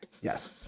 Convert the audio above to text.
Yes